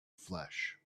flesh